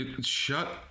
Shut